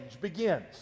begins